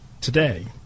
today